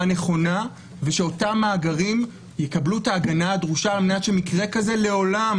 נכונה ושאותם מאגרים יקבלו את ההגנה הדרושה על מנת שמקרה כזה לעולם,